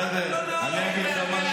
זה מה שיכולים להגיד לך.